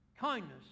kindness